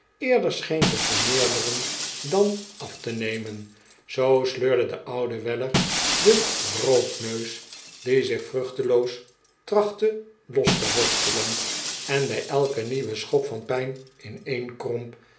eerder scheen te vermeerderen dan af te nemen zoo sleurde de oude weller den roodneus die zich vruchteloos trachtte los te worstelen en bij elken nieuwen schop van pijn ineenkromp